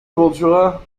ventura